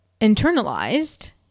internalized